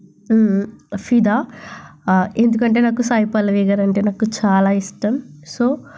ఫిదా ఎందుకంటే నాకు సాయిపల్లవి గారు అంటే నాకు చాలా ఇష్టం సో